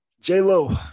J-Lo